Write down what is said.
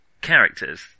characters